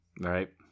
Right